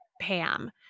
Pam